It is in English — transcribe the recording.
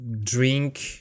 drink